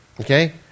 Okay